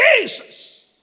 Jesus